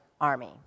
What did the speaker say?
army